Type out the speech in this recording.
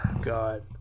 God